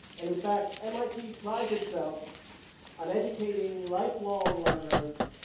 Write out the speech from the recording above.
and in fact, mit prides itself on educating lifelong learners